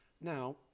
Now